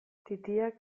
titiak